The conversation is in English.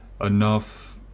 enough